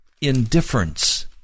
indifference